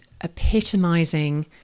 epitomizing